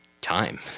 time